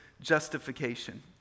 justification